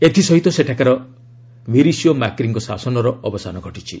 ଏଥସହିତ ସେଠାକାର ମରିସିଓ ମାକ୍ରିଙ୍କ ଶାସନର ଅବସାନ ଘଟିଛି